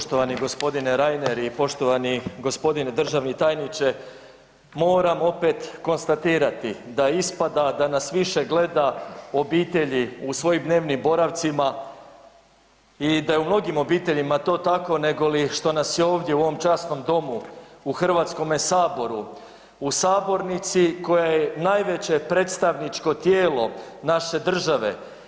Poštovani gospodine Reiner i poštovani gospodine državni tajniče, moram opet konstatirati da ispada da nas više gleda obitelji u svojim dnevnim boravcima i da je u mnogim obiteljima to tako, negoli što nas je ovdje u ovom časnom domu u Hrvatskome saboru u sabornici koja je najveće predstavničko tijelo naše države.